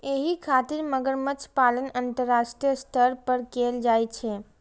एहि खातिर मगरमच्छ पालन अंतरराष्ट्रीय स्तर पर कैल जाइ छै